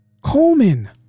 Coleman